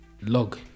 log